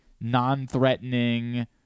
non-threatening